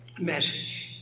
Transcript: message